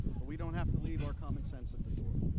but we don't have to leave our common sense at the door.